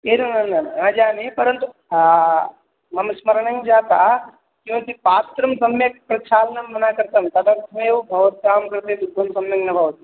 एवं न न जाने परन्तु मम स्मरणे जाता किमपि पात्रं सम्यक् प्रक्षालनं न कर्तव्यं तदर्थमेव भवतां कृते दुग्धं सम्यक् न भवति